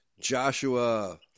Joshua